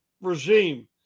regime